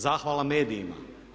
Zahvala medijima.